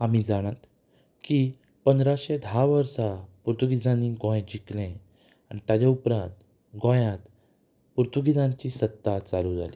आमी जाणात की पंदराशें धा वर्सा पुर्तुगेजांनी गोंय जिखलें आनी ताचे उपरांत गोंयांत पुर्तुगेजांची सत्ता चालू जाली